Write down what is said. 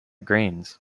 greens